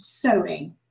sewing